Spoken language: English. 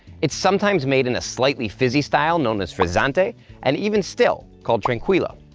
it's sometimes made in a slightly fizzy style known as frizzante and even still, called tranquillo.